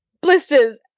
blisters